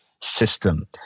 system